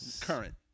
Current